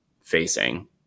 facing